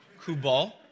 Kubal